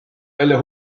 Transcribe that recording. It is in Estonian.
välja